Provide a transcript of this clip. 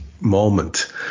moment